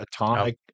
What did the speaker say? atomic